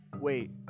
Wait